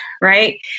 right